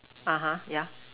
yeah